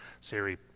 Siri